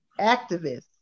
activists